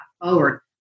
forward